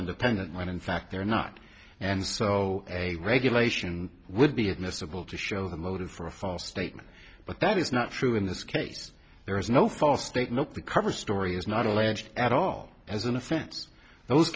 independent when in fact they're not and so a regulation would be admissible to show the motive for a false statement but that is not true in this case there is no false statement the cover story is not alleged at all as an offense those